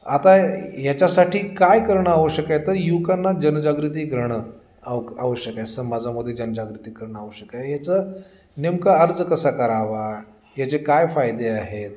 आता ह्याच्यासाठी काय करणं आवश्यक आहे तर युवकांना जनजागृती करणं आव आवश्यक आहे समाजामध्ये जनजागृती करणं आवश्यक आहे याचं नेमकं अर्ज कसा करावा याचे काय फायदे आहेत